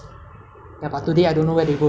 you want nice food you can just go malaysia eat ah